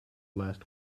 last